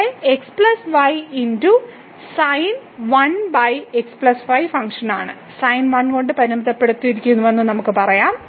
ഇവിടെ ഫംഗ്ഷനിലാണ് sin 1 കൊണ്ട് പരിമിതപ്പെടുത്തിയിരിക്കുന്നുവെന്ന് നമുക്കറിയാം